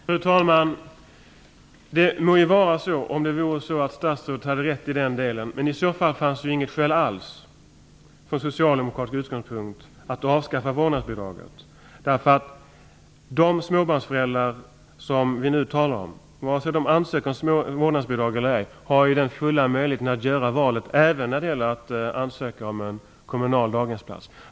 Fru talman! Det må vara så att statsrådet har rätt i den delen, men i så fall har det inte funnits något skäl alls från socialdemokratisk utgångspunkt att avskaffa vårdnadsbidraget. De småbarnsföräldrar som vi nu talar om - oavsett om de ansöker omvårdnadsbidrag eller ej - har ju full frihet att ansöka om en kommunal daghemsplats.